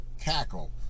cackle